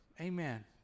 Amen